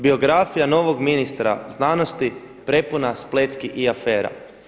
Biografija novog ministra znanosti prepuna spletki i afera.